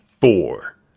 four